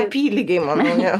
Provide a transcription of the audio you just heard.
apylygiai manau jo